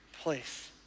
place